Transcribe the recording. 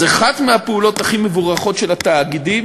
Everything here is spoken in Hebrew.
אז אחת הפעולות הכי מבורכות של התאגידים